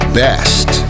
best